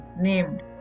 named